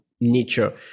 nature